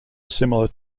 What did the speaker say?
similar